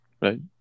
right